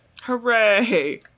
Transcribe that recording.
Hooray